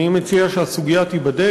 אני מציע שהסוגיה תיבדק.